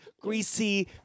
greasy